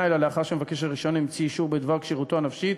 אלא לאחר שמבקש הרישיון המציא אישור בדבר כשירותו הנפשית